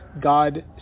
God